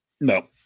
No